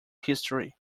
history